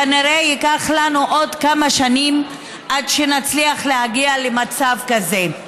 כנראה ייקח לנו עוד כמה שנים עד שנצליח להגיע למצב כזה.